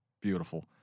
beautiful